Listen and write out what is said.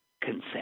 consent